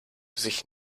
sich